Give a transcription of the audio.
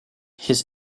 his